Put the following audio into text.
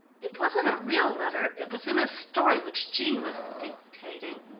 it wasn't a real letter, it was in a story which jean was dictating.